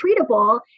treatable